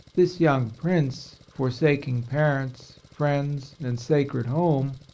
this young prince for saking parents, friends and sacred home,